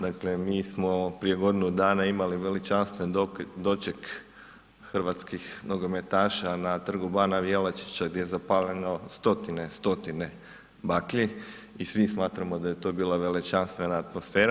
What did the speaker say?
Dakle, mi smo prije godinu dana imali veličanstven doček hrvatskih nogometaša na Trgu bana Jelačića gdje je zapaljeno stotine, stotine baklji i svi smatramo da je to bila veličanstvena atmosfera.